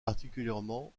particulièrement